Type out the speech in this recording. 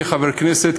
כחבר כנסת,